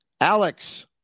alex